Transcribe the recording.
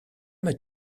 m’as